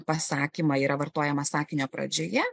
pasakymą yra vartojamas sakinio pradžioje